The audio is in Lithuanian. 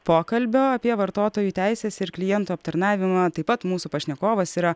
pokalbio apie vartotojų teises ir klientų aptarnavimą taip pat mūsų pašnekovas yra